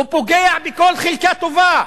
הוא פוגע בכל חלקה טובה.